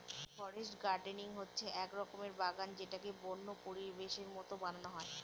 forest gardening হচ্ছে এক রকমের বাগান যেটাকে বন্য পরিবেশের মতো বানানো হয়